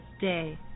day